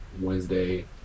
Wednesday